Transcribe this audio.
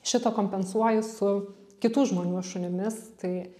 šito kompensuoju su kitų žmonių šunimis tai